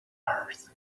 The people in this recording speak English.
earth